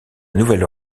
nouvelle